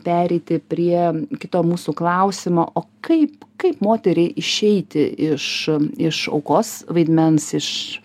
pereiti prie kito mūsų klausimo o kaip kaip moteriai išeiti iš iš aukos vaidmens iš